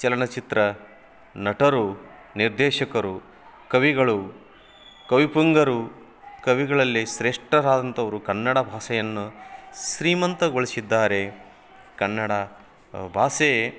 ಚಲನಚಿತ್ರ ನಟರು ನಿರ್ದೇಶಕರು ಕವಿಗಳು ಕವಿ ಪುಂಗರು ಕವಿಗಳಲ್ಲಿ ಶ್ರೇಷ್ಠರಾದಂಥವ್ರು ಕನ್ನಡ ಭಾಷೆಯನ್ನು ಶ್ರೀಮಂತಗೊಳಿಶಿದ್ದಾರೆ ಕನ್ನಡ ಭಾಷೆಯೆ